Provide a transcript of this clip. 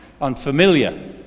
unfamiliar